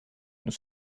nous